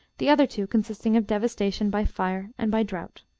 the other two consisting of devastation by fire and by drought.